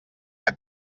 que